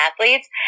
athletes